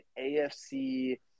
AFC